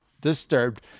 disturbed